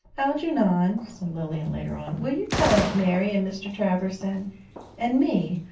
algernon, said lilian later on, will you tell aunt mary and mr. travers, and and me,